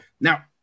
Now